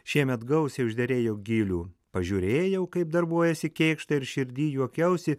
šiemet gausiai užderėjo gilių pažiūrėjau kaip darbuojasi kėkštai ir širdy juokiausi